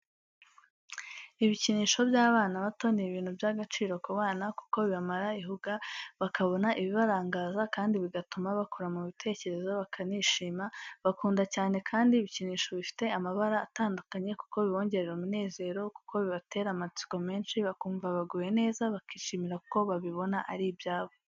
Ibikinisho by’abana bato n'ibintu by'agaciro ku bana kuko bibamara ihuga bakabona ibibarangaza kandi bigatuma bakura mu bitekerezo bakanishima, bakunda cyane kandi ibikinisho bifite amabara atandukanye kuko bibongerera umunezero kuko bibatera amatsiko menshi bakumva baguwe neza bakishimira kuko babibona ari ibyabo.